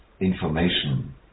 information